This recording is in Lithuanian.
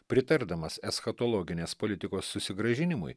pritardamas eschatologinės politikos susigrąžinimui